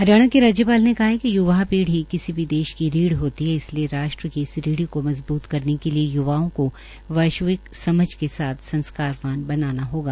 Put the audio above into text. हरियाणा के राज्यपाल ने कहा है कि य्वा पीढ़ी किसी भी देश की रीढ़ होती है इसलिए राष्ट्र की इस रीढ़ को मजबूत करने के लिए य्वाओं को वैश्विक समझ के साथ संस्कारवान बनाना होगा